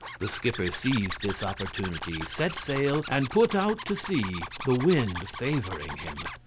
the skipper seized his opportunity, set sail, and put out to sea, the wind favouring him.